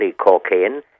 cocaine